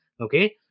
Okay